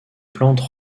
plante